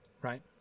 Right